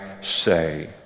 say